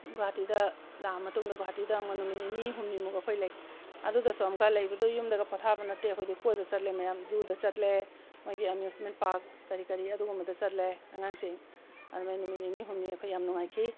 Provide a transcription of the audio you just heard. ꯒꯨꯍꯥꯇꯤꯗ ꯂꯥꯛꯑ ꯃꯇꯨꯡꯗ ꯒꯨꯍꯥꯇꯤꯗ ꯑꯃꯨꯛ ꯅꯨꯃꯤꯠ ꯅꯤꯅꯤ ꯍꯨꯝꯅꯤꯃꯨꯛ ꯑꯩꯈꯣꯏ ꯂꯩ ꯑꯗꯨꯗꯁꯨ ꯑꯃꯨꯛꯀ ꯂꯩꯕꯗꯣ ꯌꯨꯝꯗꯒ ꯄꯣꯊꯥꯕ ꯅꯠꯇꯦ ꯑꯩꯈꯣꯏꯗꯤ ꯀꯣꯏꯕ ꯆꯠꯂꯤ ꯃꯌꯥꯝ ꯖꯨꯗ ꯆꯠꯂꯦ ꯃꯣꯏꯒꯤ ꯑꯃꯨꯁꯃꯦꯟ ꯄꯥꯔꯛ ꯀꯔꯤ ꯀꯔꯤ ꯑꯗꯨꯒꯨꯝꯕꯗ ꯆꯠꯂꯦ ꯑꯉꯥꯡꯁꯤꯡ ꯑꯗꯨꯃꯥꯏ ꯅꯨꯃꯤꯠ ꯅꯤꯅꯤ ꯍꯨꯝꯅꯤ ꯑꯩꯈꯣꯏ ꯌꯥꯝ ꯅꯨꯡꯉꯥꯏꯈꯤ